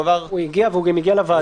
הוא הגיע והא גם הגיע לוועדה.